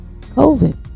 COVID